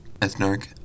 ethnarch